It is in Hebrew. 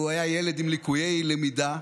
הוא היה ילד עם ליקויי למידה,